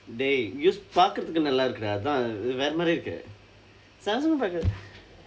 dey use பார்க்கறதுக்கு நல்லா இருக்கு:paarkkarthukku nallaa irukku dah அதான் வேற மாதிரி இருக்கு:athaan vera maathiri irukku Samsung வும் பார்க்க:vum paarkka